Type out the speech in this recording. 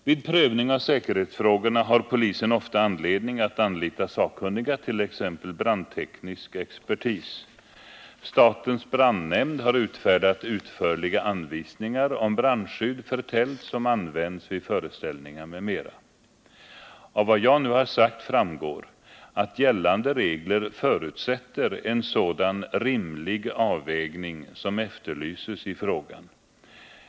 Vid prövning av säkerhetsfrågorna har polisen ofta anledning att anlita sakkunniga, t.ex. brandteknisk expertis. Statens brandnämnd har utfärdat utförliga anvisningar om brandskydd för tält som används vid föreställningar m.m. Av vad jag nu har sagt framgår att gällande regler förutsätter en sådan rimlig avvägning som efterlyses i frågan.